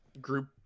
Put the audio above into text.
group